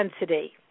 intensity